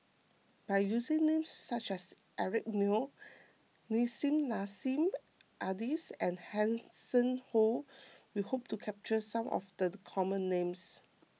by using names such as Eric Neo Nissim Nassim Adis and Hanson Ho we hope to capture some of the common names